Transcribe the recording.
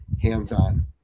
hands-on